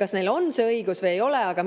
Kas neil on see õigus või ei ole, aga minu